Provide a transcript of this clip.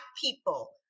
people